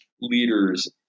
leaders